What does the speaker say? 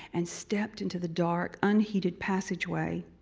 and stepped into the dark, unheated passage way.